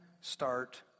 start